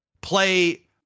play